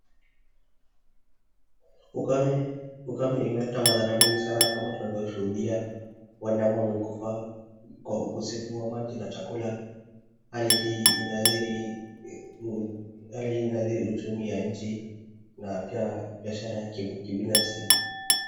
Ukame imeleta madhara mingine sana kama tunavyoshuhudia wanyama wamekufa kwa ukosefu wa maji na chakula. Hali hii inaadhiri uchumi ya nchi na pia biashara ya kibinafsi.